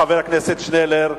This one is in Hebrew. חבר הכנסת שנלר.